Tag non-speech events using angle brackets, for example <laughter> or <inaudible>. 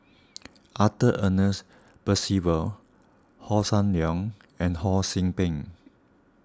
<noise> Arthur Ernest Percival Hossan Leong and Ho See Beng